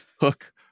hook